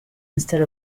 instead